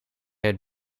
het